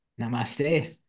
Namaste